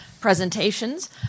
presentations